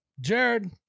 Jared